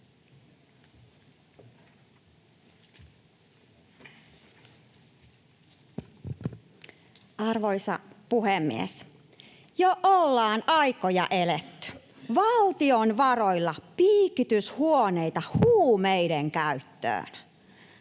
Arvoisa puhemies! Jo ollaan aikoja eletty — valtion varoilla piikityshuoneita huumeiden käyttöön!